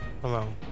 Hello